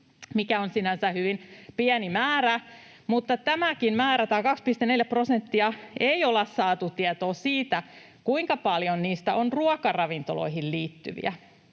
sinänsä hyvin pieni määrä. Mutta tämäkin määrä, tämä 2,4 prosenttia, on sellainen, että ei ole saatu tietoa siitä, kuinka paljon niistä on ruokaravintoloihin liittyviä,